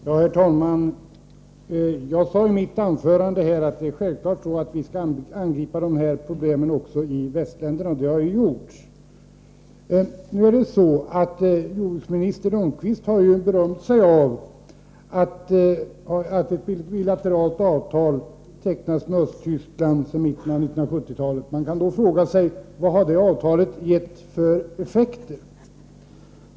Herr talman! Jag sade i mitt anförande att det är självklart att vi i västländerna också skall angripa de här problemen. Det har också gjorts. Jordbruksminister Lundkvist har berömt sig för att ett bilateralt avtal tecknats med Östtyskland i mitten av 1970-talet. Man kan då fråga sig vad det här avtalet har gett för effekter.